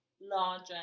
larger